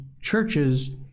churches